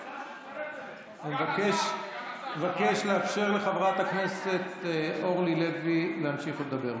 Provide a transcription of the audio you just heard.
אני מבקש לאפשר לחברת הכנסת אורלי לוי להמשיך לדבר,